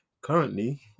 currently